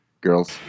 Girls